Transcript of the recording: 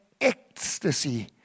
ecstasy